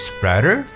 Spreader